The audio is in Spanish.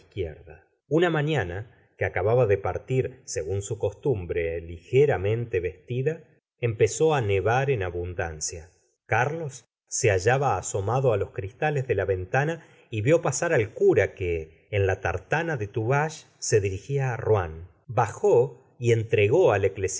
una maiiana que acababa de partir según su costumbre ligeramente vestida empezó á nevar en abundancia carlos se hallaba asomado á los cristales de la ventana y vió pasar al cura que en la tartana de tuvache se dirigía á rouen bajó y enentregó al